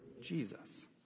jesus